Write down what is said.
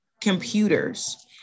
computers